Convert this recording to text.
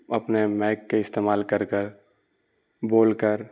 اپنے مائک کا استعمال کر کر بول کر